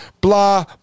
Blah